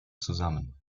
zusammen